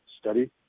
study